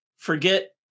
Forget